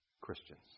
Christians